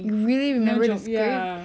really remember the script